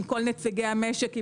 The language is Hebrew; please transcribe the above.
עם כל נציגי המשק,